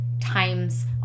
times